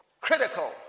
Critical